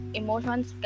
emotions